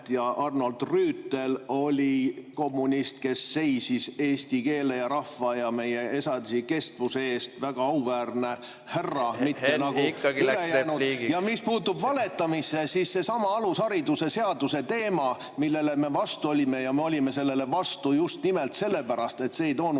Arnold Rüütel oli kommunist, kes seisis eesti keele ja rahva ja meie edasikestvuse eest. Väga auväärne härra, mitte nagu ülejäänud. Henn, ikkagi läks repliigiks. Ja mis puutub valetamisse, siis seesama alushariduse seaduse teema, millele me vastu olime, siis me olime sellele vastu just nimelt sellepärast, et see ei toonud